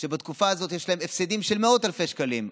שבתקופה הזאת יש לה הפסדים של מאות אלפי שקלים,